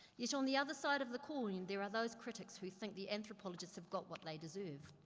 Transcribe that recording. yet, on the other side of the coin, there are those critics who think the anthropologists have got what they deserve.